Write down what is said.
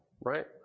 right